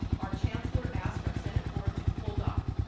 our chancellor asked our senate board to hold off.